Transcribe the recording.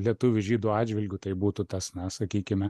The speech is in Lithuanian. lietuvių žydų atžvilgiu tai būtų tas na sakykime